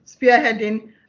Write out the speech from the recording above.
spearheading